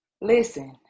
Listen